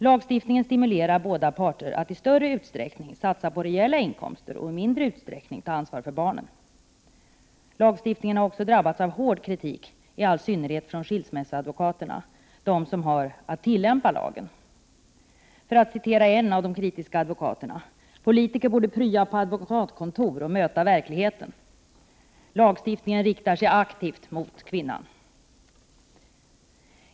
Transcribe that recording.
Lagstiftningen stimulerar båda parter att i större utsträckning satsa på rejäla inkomster och i mindre utsträckning ta ansvar för barnen. Lagstiftningen har också drabbats av hård kritik i synnerhet från skilsmässoadvokaterna— alltså de som har att tillämpa lagen. Jag kan citera en av de kritiserande advokaterna: ”Politikerna borde prya på advokatkontor och möta verkligheten” och ”Lagstiftningen riktar sig aktivt mot kvinnan”.